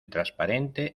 transparente